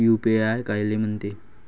UPI कायले म्हनते?